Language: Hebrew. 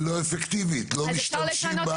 היא לא אפקטיבית, לא משתמשים בה.